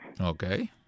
Okay